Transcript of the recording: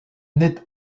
naît